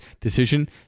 decision